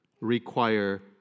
require